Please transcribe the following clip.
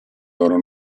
loro